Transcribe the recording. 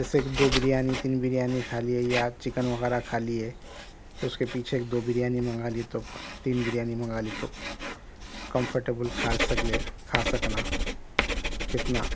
جیسے کہ دو بریانی تین بریانی کھا لئے یا چِکن وغیرہ کھا لئے پھر اُس کے پیچھے ایک دو بریانی منگا لی تو تین بریانی منگا لی تو کمفارٹیبل کھا سکے کھا سکنا کتنا